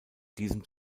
diesem